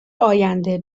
آینده